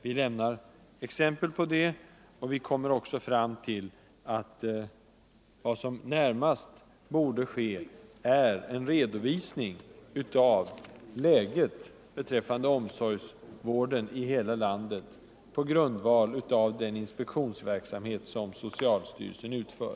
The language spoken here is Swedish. Vi ger exempel på det, och vi kommer fram till att vad som närmast bör ske är att man lämnar en redovisning för omsorgsvården i hela landet på grund av den inspektionsverksamhet som socialstyrelsen utför.